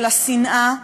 של השנאה,